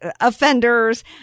offenders